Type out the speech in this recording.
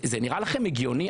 זה נראה לכם הגיוני?